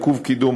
עיכוב קידום,